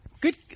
Good